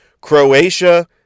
Croatia